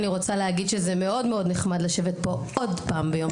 אני רוצה להגיד שזה מאוד נחמד לשבת פה עוד פעם ביום